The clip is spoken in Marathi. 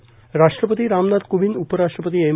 दरम्यान राष्ट्रपती रामनाथ कोविंद उपराष्ट्रपती एम